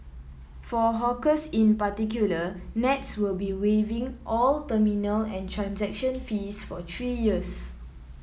for hawkers in particular Nets will be waiving all terminal and transaction fees for three years